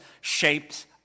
shapes